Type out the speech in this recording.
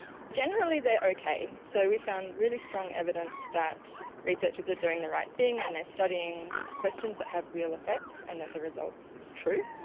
generally they are okay. so we found really strong evidence that researchers are doing the right thing and they are studying questions that have real effects and that the result is true.